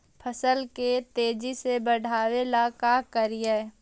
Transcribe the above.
फसल के तेजी से बढ़ाबे ला का करि?